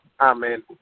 Amen